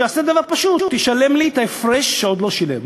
שיעשה דבר פשוט: ישלם לי את ההפרש שעוד לא שילם.